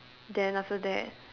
then after that